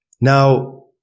Now